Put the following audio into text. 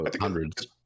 Hundreds